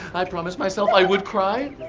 i promised myself i would cry,